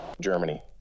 Germany